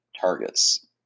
targets